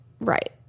right